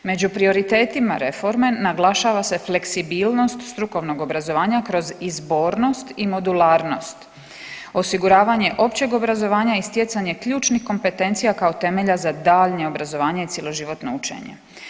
Među prioritetima reforme naglašava se fleksibilnost strukovnog obrazovanja kroz izbornost i modularnost, osiguravanje općeg obrazovanja i stjecanje ključnih kompetencija kao temelja za daljnje obrazovanje i cjeloživotno učenje.